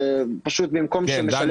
במקום שמשלם